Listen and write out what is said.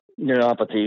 neuropathy